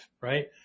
right